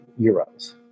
euros